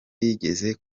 yigeze